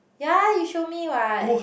ya you show me what